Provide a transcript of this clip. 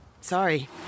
Sorry